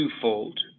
twofold